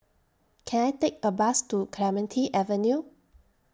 Can I Take A Bus to Clementi Avenue